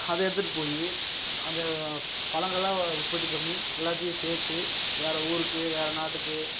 அதை எடுத்துட்டுப் போய் அதை பழங்களாக உற்பத்தி பண்ணி எல்லாத்தையும் சேர்த்து வேற ஊருக்கு வேற நாட்டுக்கு